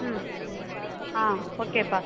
ம் ஆ ஓகேப்பா